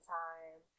time